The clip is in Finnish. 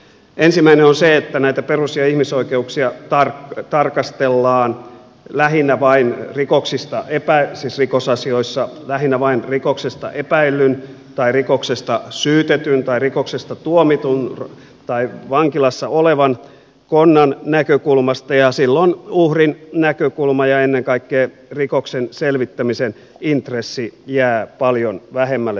ensimmäinen on se että rikosasioissa näitä perus ja ihmisoikeuksia tarkastellaan lähinnä vain rikoksista epäillyn rikosasioissa lähinnä vain rikoksesta epäillyn tai rikoksesta syytetyn tai rikoksesta tuomitun tai vankilassa olevan konnan näkökulmasta ja silloin uhrin näkökulma ja ennen kaikkea rikoksen selvittämisen intressi jäävät paljon vähemmälle tarkastelulle